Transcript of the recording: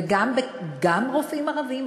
וגם רופאים ערבים,